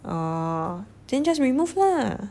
oh then just remove lah